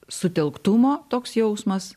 sutelktumo toks jausmas